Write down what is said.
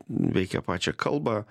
veikia pačią kalbą